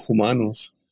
humanos